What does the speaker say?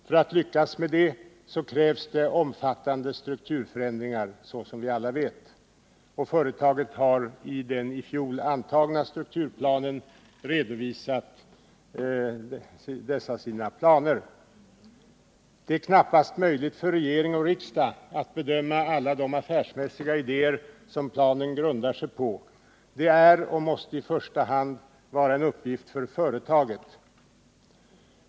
För att lyckas med det krävs det emellertid, såsom vi alla vet, omfattande strukturförändringar, och företaget har i den i fjol antagna strukturplanen redovisat dessa sina planer. Det är knappast möjligt för regering och riksdag att bedöma alla de affärsmässiga idéer som planen grundar sig på — det är och måste i första hand vara en uppgift för företaget.